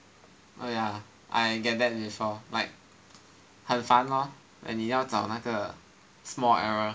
oh ya I get that before like 很烦 lor when 你要找那个 small error